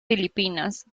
filipinas